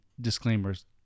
disclaimers